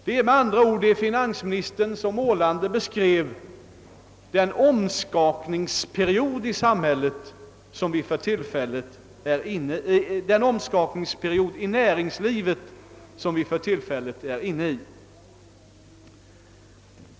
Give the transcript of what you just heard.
Vi är med andra ord — som finansministern så målande beskrev saken — inne i en omskakningsperiod i näringslivet.